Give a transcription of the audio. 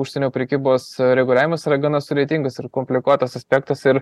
užsienio prekybos reguliavimas yra gana sudėtingas ir komplikuotas aspektas ir